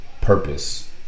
purpose